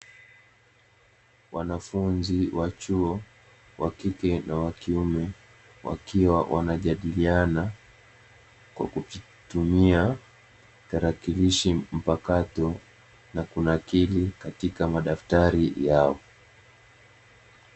Wanafunzi wa chuo wa kike na wa kiume wakiwa wanajadiliana, kwa kutumia tarakikilishi mpakato na kunakili katika madaftari yao.